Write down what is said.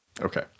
Okay